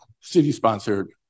city-sponsored